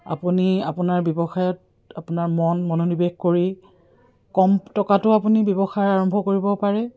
আপুনি আপোনাৰ ব্যৱসায়ত আপোনাৰ মন মনোনিৱেশ কৰি কম টকাটো আপুনি ব্যৱসায় আৰম্ভ কৰিব পাৰে